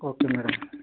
okay madam